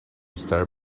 estar